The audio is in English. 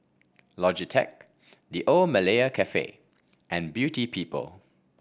Logitech The Old Malaya Cafe and Beauty People